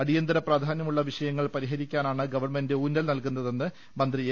അടിയന്തര പ്രാധാന്യമുള്ള വിഷയങ്ങൾ പരിഹരിക്കാനാണ് ഗവൺമെന്റ് ഊന്നൽ നൽകുന്നതെന്ന് ്മന്ത്രി എ